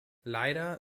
leider